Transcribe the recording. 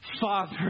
Father